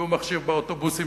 והוא מחשיך באוטובוסים,